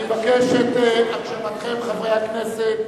אני מבקש את הקשבתכם, חברי הכנסת.